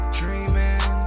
dreaming